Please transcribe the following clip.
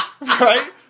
right